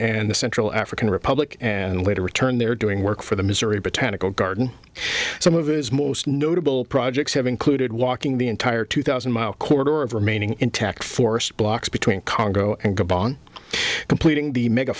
in the central african republic and later returned there doing work for the missouri botanical garden some of his most notable projects have included walking the entire two thousand mile corridor of remaining intact forest blocks between congo and gabon completing the mega